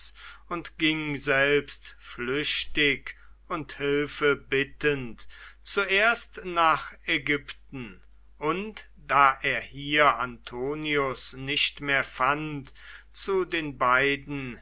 und ging selbst flüchtig und hilfe bittend zuerst nach ägypten und da er hier antonius nicht mehr fand zu den beiden